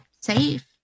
safe